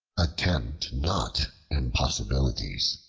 attempt not impossibilities.